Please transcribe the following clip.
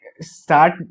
start